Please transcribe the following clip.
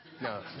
No